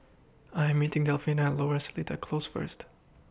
I Am meeting Delfina At Lower Seletar Close First